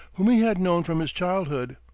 whom he had known from his childhood.